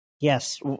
Yes